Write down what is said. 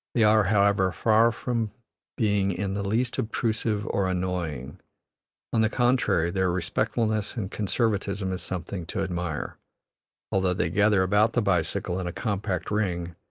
they are, however, far from being in the least obtrusive or annoying on the contrary, their respectfulness and conservatism is something to admire although they gather about the bicycle in a compact ring,